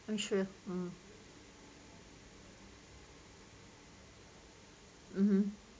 I'm sure um mmhmm